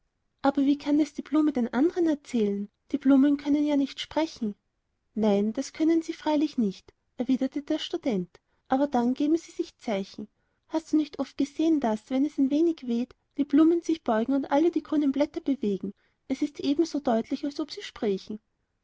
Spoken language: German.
aber wie kann es die blume den andern erzählen die blumen können ja nicht sprechen nein das können sie freilich nicht erwiderte der student aber dann geben sie sich zeichen hast du nicht oft gesehen daß wenn es ein wenig weht die blumen sich beugen und alle die grünen blätter bewegen das ist eben so deutlich als ob sie sprächen